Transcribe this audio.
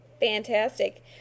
Fantastic